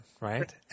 right